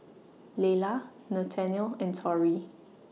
Lela Nathaniel and Torry